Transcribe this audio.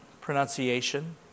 pronunciation